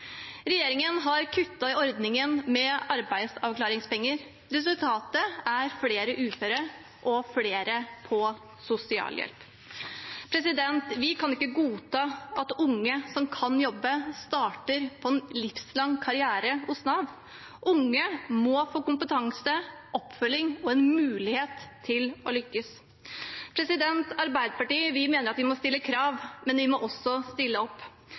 Regjeringen har kuttet i ordningen med arbeidsavklaringspenger. Resultatet er flere uføre og flere på sosialhjelp. Vi kan ikke godta at unge som kan jobbe, starter på en livslang karriere hos Nav. Unge må få kompetanse, oppfølging og en mulighet til å lykkes. Vi i Arbeiderpartiet mener at vi må stille krav, men vi må også stille opp.